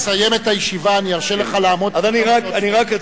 כשנסיים את הישיבה אני ארשה לך לעמוד פה כמה שעות